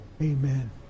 amen